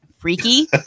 Freaky